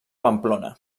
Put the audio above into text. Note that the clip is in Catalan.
pamplona